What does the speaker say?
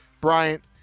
Bryant